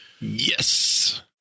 Yes